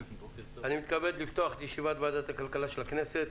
אני מתכבד לפתוח את ישיבת ועדת הכלכלה של הכנסת.